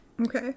Okay